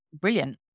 brilliant